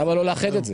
למה לא לאחד את זה?